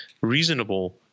reasonable